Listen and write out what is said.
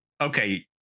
okay